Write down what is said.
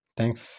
Thanks